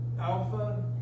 Alpha